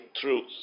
truth